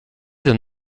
d’un